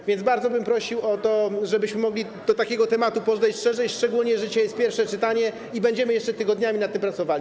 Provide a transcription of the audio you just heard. A więc bardzo bym prosił o to, żebyśmy mogli do takiego tematu podejść szerzej, szczególnie że dzisiaj jest pierwsze czytanie i będziemy jeszcze tygodniami nad tym pracowali.